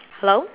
hello